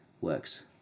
works